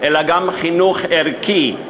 אלא גם חינוך ערכי,